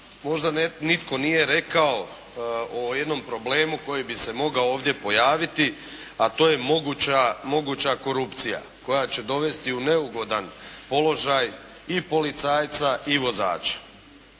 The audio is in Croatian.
Možda nitko nije rekao o jednom problemu koji bi se mogao ovdje pojaviti, a to je moguća korupcija koja će dovesti u neugodan položaj i policajca i vozača.